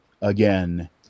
again